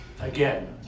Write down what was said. again